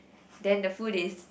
then the food is